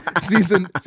Season